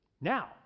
Now